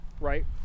Right